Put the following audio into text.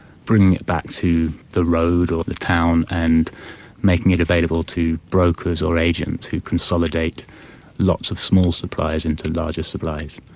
bringing it back to the road or the town and making it available to brokers or agents who consolidate lots of small supplies into larger supplies.